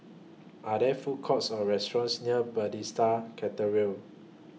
Are There Food Courts Or restaurants near Bethesda Cathedral